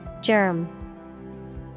Germ